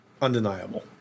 Undeniable